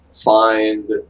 find